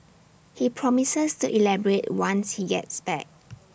he promises to elaborate once he gets back